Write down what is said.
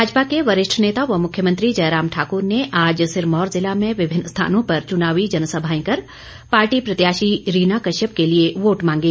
भाजपा के वरिष्ठ नेता व मुख्यमंत्री जयराम ठाकुर ने आज सिरमौर ज़िला में विभिन्न स्थानों पर चुनावी जनसभाएं कर पार्टी प्रत्याशी रीना कश्यप के लिए वोट मांगे